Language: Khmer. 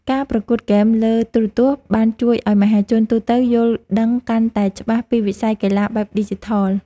ការប្រកួតហ្គេមលើទូរទស្សន៍បានជួយឱ្យមហាជនទូទៅយល់ដឹងកាន់តែច្បាស់ពីវិស័យកីឡាបែបឌីជីថល។